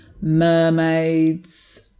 Mermaids